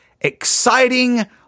exciting